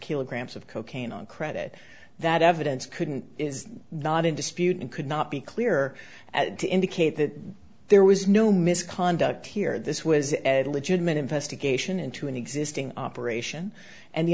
kilograms of cocaine on credit that evidence couldn't is not in dispute and could not be clear at to indicate that there was no misconduct here this was a legitimate investigation into an existing operation and the